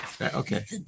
Okay